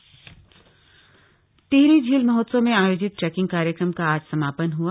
Tehri lake festival Tehri झील महोत्सव में आयोजित ट्रेकिंग कार्यक्रम का आज समापन हआ